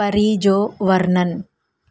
परी जो वर्णननि